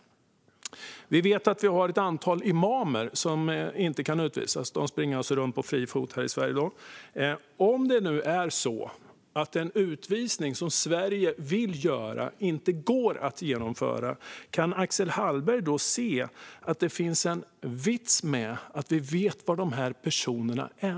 Bland dem finns ett antal imamer som inte kan utvisas. De springer alltså runt på fri fot här i Sverige. Om det nu är så att utvisningar som Sverige vill göra inte går att genomföra, kan Axel Hallberg då se att det finns en vits med att vi vet var de här personerna är?